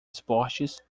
esportes